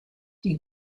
die